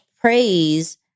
praise